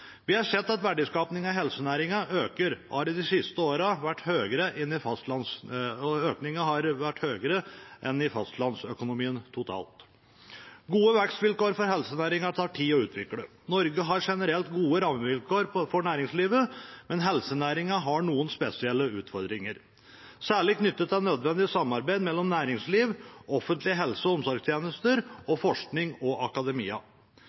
Vi har sett at verdiskapingen i helsenæringen øker, og de siste årene har økningen vært høyere enn i fastlandsøkonomien totalt. Gode vekstvilkår for helsenæringen tar tid å utvikle. Norge har generelt gode rammevilkår for næringslivet, men helsenæringen har noen spesielle utfordringer, særlig knyttet til nødvendig samarbeid mellom næringsliv, offentlige helse- og omsorgstjenester, forskning og akademia.